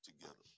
together